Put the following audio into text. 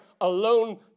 alone